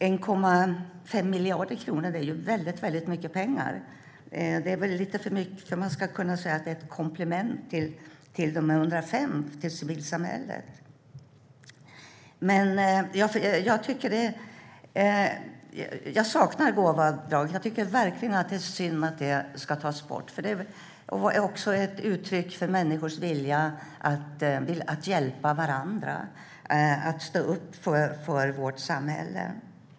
1,5 miljarder kronor är väldigt mycket pengar - lite för mycket för att man ska kunna säga att det är ett komplement till de 105 miljonerna till civilsamhället. Jag saknar gåvoavdraget. Jag tycker verkligen att det är synd att det tas bort. Det var ett uttryck för människors vilja att hjälpa varandra och stå upp för vårt samhälle.